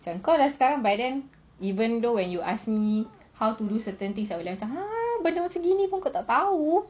macam kau sekarang by then even though when you ask me how to do certain things I would macam !huh! benda macam gini pun kau tak tahu